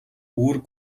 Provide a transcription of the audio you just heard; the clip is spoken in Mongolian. үүрэг